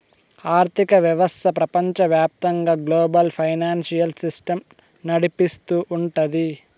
ఆర్థిక వ్యవస్థ ప్రపంచవ్యాప్తంగా గ్లోబల్ ఫైనాన్సియల్ సిస్టమ్ నడిపిస్తూ ఉంటది